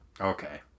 okay